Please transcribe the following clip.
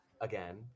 again